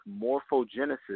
morphogenesis